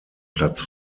platz